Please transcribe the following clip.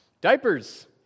Diapers